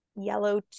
yellow